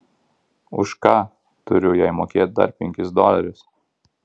už ką turiu jai mokėt dar penkis dolerius